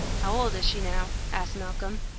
how old is she now? asked malcolm.